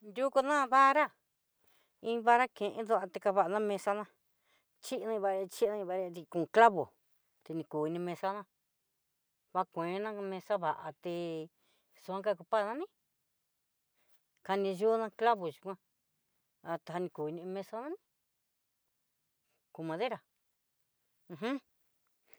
Yukuna vará, iin vará kendo tekava'a na mesana xhinivai, xhinivai kon clavo tenikuni mesaná kua kuenna mesa va'a té xonka kukaní, kaniyuna clavo yikoan atani kuni mesa jan con madera uj.